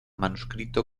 manuscrito